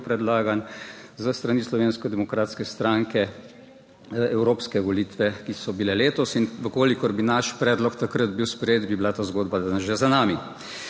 predlagan s strani Slovenske demokratske stranke evropske volitve, ki so bile letos in v kolikor bi naš predlog takrat bil sprejet, bi bila ta zgodba danes že za nami.